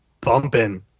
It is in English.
bumping